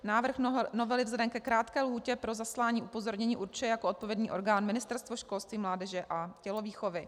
Návrh novely vzhledem ke krátké lhůtě pro zaslání upozornění určuje jako odpovědný orgán Ministerstvo školství, mládeže a tělovýchovy.